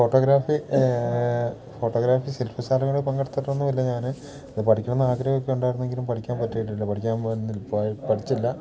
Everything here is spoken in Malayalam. ഫോട്ടോഗ്രാഫി ഫോട്ടോഗ്രാഫി ശില്പശാലകളിൽ പങ്കെടുത്തിട്ടൊന്നും ഇല്ല ഞാൻ ഇത് പഠിക്കണം എന്ന് ആഗ്രഹം ഒക്കെ ഉണ്ടായിരുന്നെങ്കിലും പഠിക്കാൻ പറ്റിയിട്ടില്ല പഠിക്കാൻ പഠിച്ചില്ല